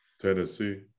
Tennessee